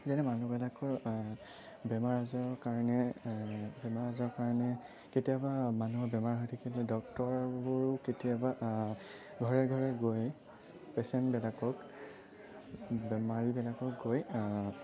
যেনে মানুহবিলাকৰ বেমাৰ আজাৰৰ কাৰণে বেমাৰ আজাৰৰ কাৰণে কেতিয়াবা মানুহৰ বেমাৰ হৈ থাকিলে ডক্টৰবোৰো কেতিয়াবা ঘৰে ঘৰে গৈ পেচেণ্টবিলাকক বেমাৰীবিলাকক গৈ